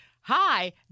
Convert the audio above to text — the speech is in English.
hi